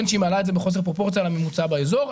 שהיא מעלה את זה בחוסר פרופורציה לממוצע באזור,